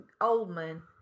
Oldman